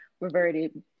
reverted